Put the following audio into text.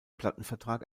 plattenvertrag